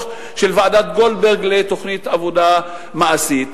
של ועדת-גולדברג לתוכנית עבודה מעשית.